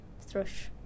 thrush